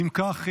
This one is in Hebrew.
אם כך,